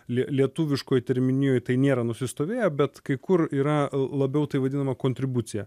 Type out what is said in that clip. lie lietuviškoj terminijoj tai nėra nusistovėję bet kai kur yra e labiau tai vadinama kontribucija